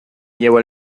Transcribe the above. llevo